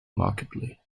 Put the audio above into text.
markedly